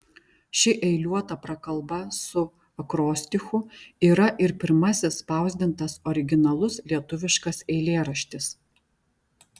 ši eiliuota prakalba su akrostichu yra ir pirmasis spausdintas originalus lietuviškas eilėraštis